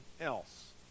else